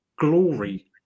glory